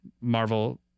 Marvel